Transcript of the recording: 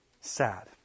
sad